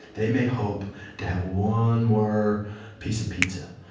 they may hope to have one more piece of pizza,